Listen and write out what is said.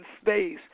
space